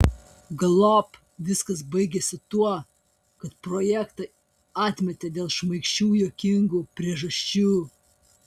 galop viskas baigėsi tuo kad projektą atmetė dėl šmaikščių juokingų priežasčių